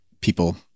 people